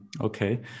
okay